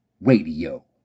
Radio